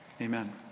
Amen